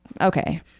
okay